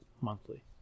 monthly